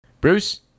Bruce